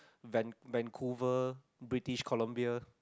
van~ Vancouver British Columbia